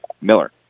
Miller